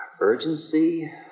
urgency